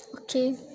okay